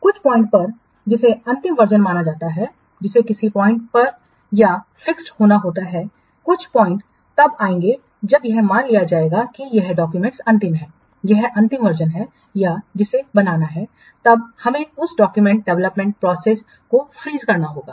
कुछ पॉइंट पर जिसे अंतिम वर्जनमाना जाता है जिसे किसी पॉइंट पर या फिक्स्ड होना होता है कुछ पॉइंट तब आएगा जब यह मान लिया जाएगा कि यह डाक्यूमेंट्स अंतिम है यह अंतिम वर्जनहै या जिसे बनाना है तब हमें उस डाक्यूमेंट्स डेवलपमेंट प्रोसेसको फ्रीज करना होगा